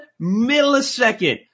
millisecond